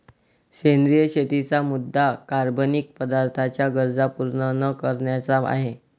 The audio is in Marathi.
सेंद्रिय शेतीचा मुद्या कार्बनिक पदार्थांच्या गरजा पूर्ण न करण्याचा आहे